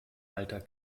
alter